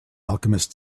alchemist